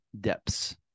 depths